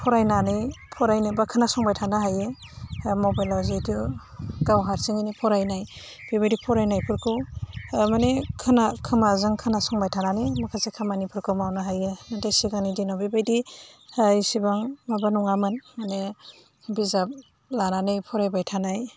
फरायनानै फरायनोबा खोनासंबाय थानो हायो मबाइलाव जेहेथु गाव हारसिङैनो फरायनाय बेबायदि फरायनायफोरखौ माने खोमाजों खोनांसंबाय थानानै माखासे खामानिफोरखौ मावनो हायो नाथाय सिगांनि दिनाव बेबायदि इसिबां माबा नङामोन माने बिजाब लानानै फरायबाय थानाय